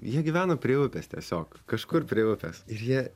jie gyveno prie upės tiesiog kažkur prie upės ir jie